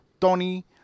Tony